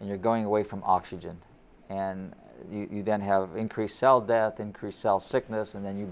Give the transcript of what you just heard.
and you're going away from oxygen and you then have increased cell death and crew self sickness and then you